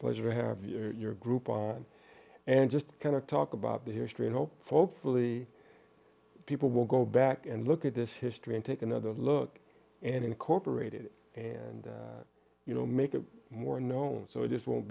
pleasure to have your group on and just kind of talk about the history and hope folks fully people will go back and look at this history and take another look and incorporated and you know make it more known so it just won't